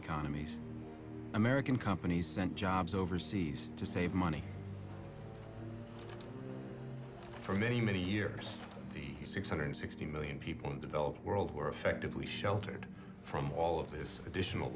economies american companies send jobs overseas to save money for many many years the six hundred sixty million people in developed world were effectively sheltered from all of this additional